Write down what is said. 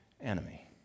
enemy